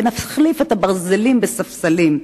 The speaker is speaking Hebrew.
ונחליף את הברזלים בספסלים.